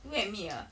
you and me ah